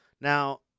Now